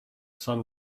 sun